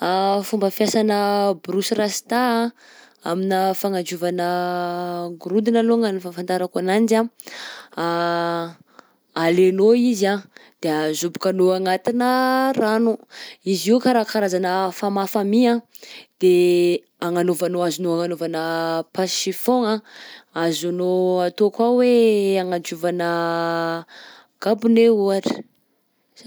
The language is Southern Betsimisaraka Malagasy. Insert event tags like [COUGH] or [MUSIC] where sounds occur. [HESITATION] Fomba fiasanà borosy rasta anh aminà fagnadiovana gorodona alongany ny fahanfantarako ananjy anh, [HESITATION] alainao izy anh de azobokanao agnatinà rano. _x000D_ Izy io karaha karazana famafa mi anh de agnanovanao azonao agnanovana passe chiffon anh, azonao atao koa hoe agnadiovana gabone ohatra.